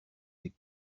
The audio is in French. des